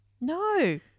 no